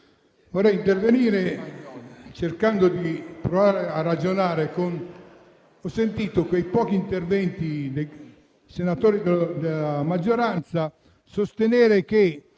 vorrei intervenire, cercando di provare a ragionare,